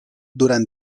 durant